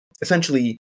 essentially